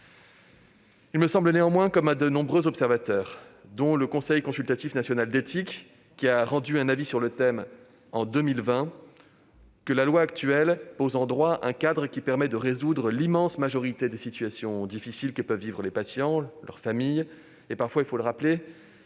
Il me semble néanmoins, comme à de nombreux observateurs, notamment le Comité consultatif national d'éthique (CNCE), qui a rendu un avis sur ce thème en 2020, que la loi actuelle pose en droit un cadre qui permet de résoudre l'immense majorité des situations difficiles que peuvent vivre les patients, leurs familles et, parfois, il faut le rappeler,